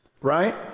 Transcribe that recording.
Right